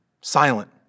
silent